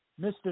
Mr